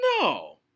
no